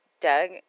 Doug